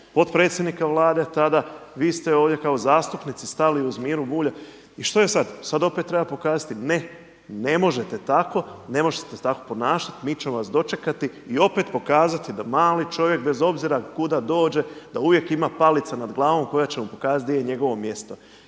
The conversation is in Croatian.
potpredsjednika Vlade tada, vi ste ovdje kao zastupnici stali uz Miru Bulja. I što je sada? Sada opet treba pokazati, ne, ne možete tako, ne možete se tako ponašati, mi ćemo vas dočekati i opet pokazati da mali čovjek bez obzira kuda dođe da uvijek ima palica nad glavom koja će mu pokazati gdje je njegovo mjesto.